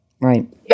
Right